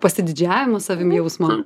pasididžiavimo savim jausmo